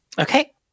Okay